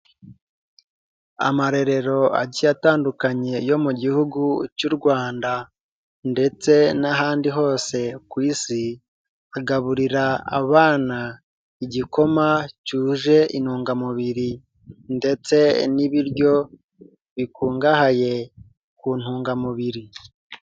Amarerero agiye atandukanye yo mu gihugu cy'u Rwanda ndetse n'ahandi hose ku Isi, agaburira abana igikoma cyuje intungamubiri ndetse n'ibiryo bikungahaye ku ntungamubiri.